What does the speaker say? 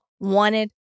wanted